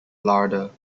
larder